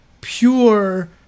pure